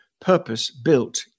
purpose-built